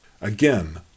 Again